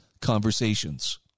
conversations